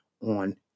on